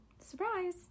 Surprise